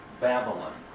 Babylon